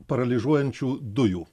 paralyžuojančių dujų